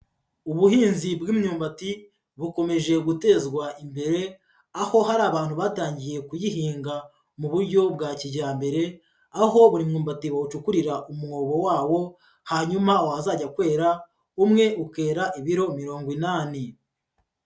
Ubuhinzi bw'imyumbati, bukomeje gutezwa imbere, aho hari abantu batangiye kuyihinga mu buryo bwa kijyambere, aho buri mwumbati bawacukurira umwobo wawo, hanyuma wazajya kwera, umwe ukera ibiro mirongo inani.